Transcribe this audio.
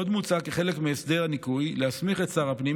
עוד מוצע כחלק מהסדר הניכוי להסמיך את שר הפנים,